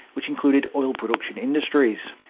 which included oil production industries.